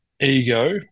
Ego